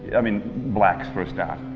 i mean blacks for a start,